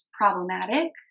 problematic